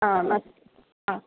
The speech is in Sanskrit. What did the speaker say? आम् अस् आ